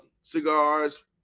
cigars